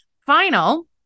Final